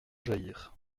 jaillir